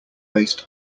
based